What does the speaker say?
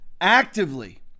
actively